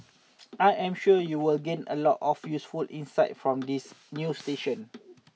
I am sure you will gain a lot of useful insights from this new station